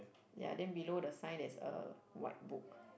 ya then below the sign there's a white book